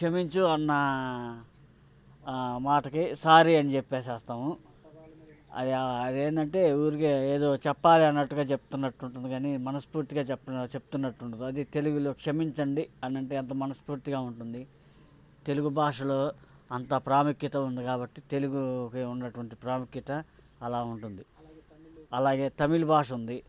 క్షమించు అన్న మాటకి సారీ అని చెప్పేస్తాము అవి అవి ఏంటంటే ఊరికే ఏదో చెప్పాలి అన్నట్టుగా చెప్తున్నట్టు ఉంటుంది కాని మనస్ఫూర్తిగా చెప్తున్నట్టు ఉండదు అది తెలుగులో క్షమించండి అని అంటే ఎంత మనస్ఫూర్తిగా ఉంటుంది తెలుగు భాషలో అంత ప్రాముఖ్యత ఉంది కాబట్టి తెలుగుకి ఉన్నటువంటి ప్రాముఖ్యత అలా ఉంటుంది అలాగే తమిళ్ భాష ఉంది